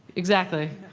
exactly.